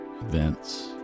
events